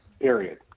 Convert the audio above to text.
period